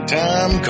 time